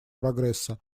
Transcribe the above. прогресса